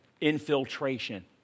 infiltration